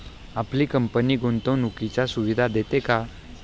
आपली कंपनी गुंतवणुकीच्या सुविधा देते का?